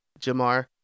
Jamar